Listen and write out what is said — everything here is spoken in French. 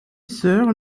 sœur